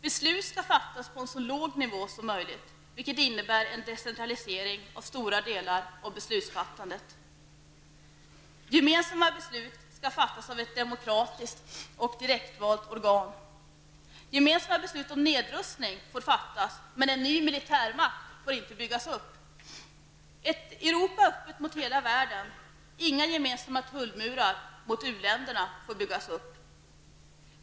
Beslut skall fattas på en så låg nivå som möjligt, vilket innebär en decentralisering av stora delar av beslutsfattandet. -- Gemensamma beslut skall fattas av ett demokratiskt och direktvalt organ. -- Gemensamma beslut om nedrustning får fattas, men en ny militärmakt får inte byggas upp. -- Ett Europa öppet mot hela världen. Inga gemensamma tullmurar mot u-länderna får byggas upp.